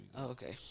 Okay